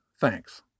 thanks